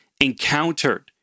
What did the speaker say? encountered